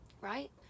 right